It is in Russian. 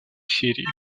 сирии